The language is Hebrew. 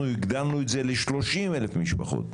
אנחנו הגדרנו ל-30 אלף משפחות.